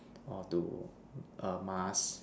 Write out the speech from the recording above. or to err Mars